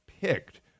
picked